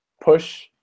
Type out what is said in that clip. push